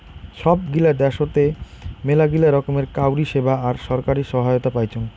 সব গিলা দ্যাশোতে মেলাগিলা রকমের কাউরী সেবা আর ছরকারি সহায়তা পাইচুং